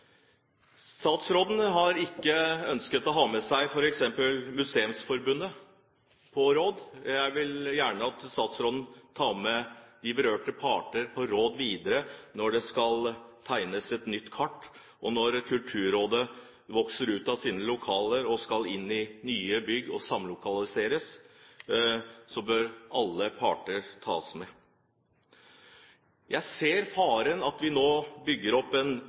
Statsråden har ikke ønsket å ta med f.eks. Museumsforbundet på råd. Jeg vil gjerne at statsråden tar med de berørte parter på råd videre når det skal tegnes et nytt kart. Og når Kulturrådet vokser ut av sine lokaler og skal inn i nye bygg og samlokaliseres, så bør alle parter tas med på råd. Jeg ser faren for at vi nå bygger opp en